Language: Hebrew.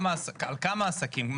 על כמה עסקים?